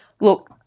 look